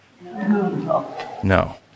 No